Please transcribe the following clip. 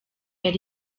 yari